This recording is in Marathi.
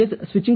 Thank you